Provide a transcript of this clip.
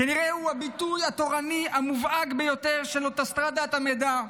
הוא כנראה הביטוי התורני המובהק ביותר של אוטוסטרדת המידע,